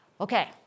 Okay